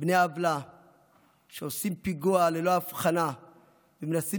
בני עוולה שעושים פיגוע ללא הבחנה ומנסים